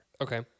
Okay